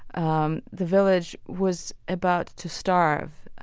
um the village was about to starve